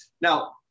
Now